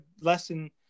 lesson